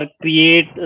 create